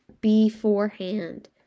beforehand